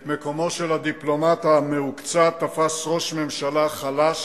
את מקומו של הדיפלומט המהוקצע תפס ראש ממשלה חלש,